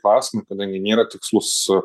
klausimai kadangi nėra tikslus